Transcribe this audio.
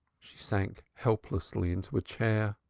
she sank helplessly into a chair.